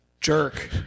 Jerk